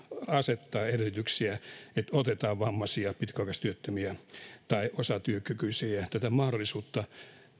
asettaa edellytyksiä että otetaan vammaisia pitkäaikaistyöttömiä tai osatyökykyisiä ja tätä mahdollisuutta